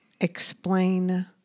explain